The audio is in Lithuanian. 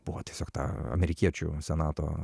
buvo tiesiog ta amerikiečių senato